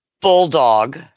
Bulldog